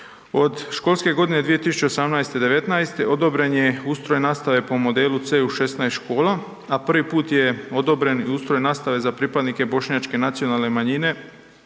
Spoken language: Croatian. Od školske godine 2018./2019. odobren je ustroj nastave po modelu C u 16 škola a prvi je put je odobren i ustroj nastave za pripadnike bošnjačke nacionalne manjine